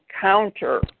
counter